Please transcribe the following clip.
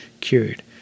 cured